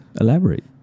elaborate